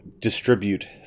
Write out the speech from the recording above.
distribute